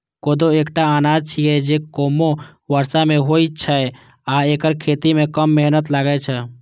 कोदो एकटा अनाज छियै, जे कमो बर्षा मे होइ छै आ एकर खेती मे कम मेहनत लागै छै